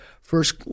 first